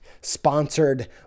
sponsored